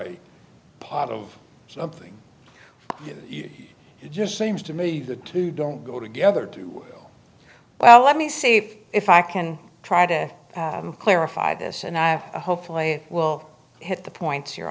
part of something it just seems to me the two don't go together too well let me save if i can try to clarify this and i hopefully will hit the points your